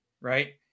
right